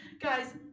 guys